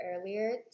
earlier